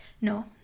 No